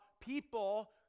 people